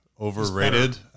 overrated